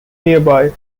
nearby